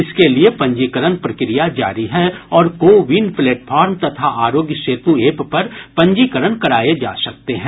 इसके लिए पंजीकरण प्रक्रिया जारी है और को विन प्लेटफॉर्म तथा आरोग्य सेतु एप पर पंजीकरण कराये जा सकते हैं